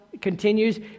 continues